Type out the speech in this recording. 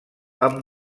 amb